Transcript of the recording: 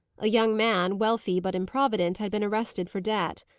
a young man, wealthy but improvident, had been arrested for debt.